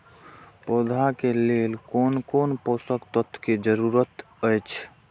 पौधा के लेल कोन कोन पोषक तत्व के जरूरत अइछ?